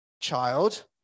child